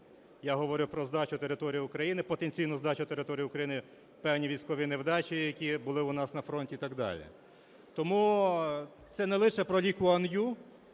я говорю про здачу територій України, потенційну здачу територій України, певні військові невдачі, які були у нас на фронті і так далі. Тому це не лише про Лі Куан Ю,